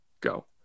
go